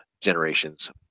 Generations